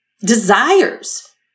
desires